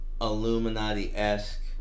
Illuminati-esque